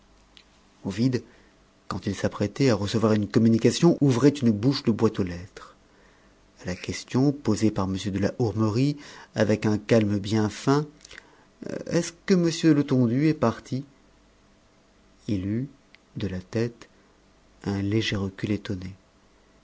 ovide quand il s'apprêtait à recevoir une communication ouvrait une bouche de boîte aux lettres à la question posée par m de la hourmerie avec un calme bien feint est-ce que m letondu est parti il eut de la tête un léger recul étonné